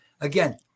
again